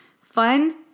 fun